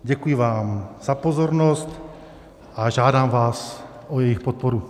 Děkuji vám za pozornost a žádám vás o jejich podporu.